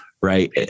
Right